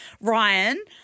ryan